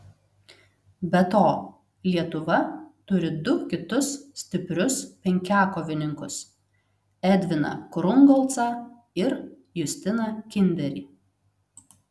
be to lietuva turi du kitus stiprius penkiakovininkus edviną krungolcą ir justiną kinderį